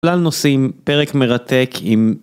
כלל נושאים, פרק מרתק עם...